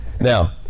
Now